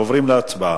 עוברים להצבעה.